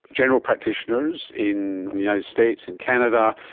general practitioners in the united states, in canada,